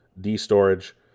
D-Storage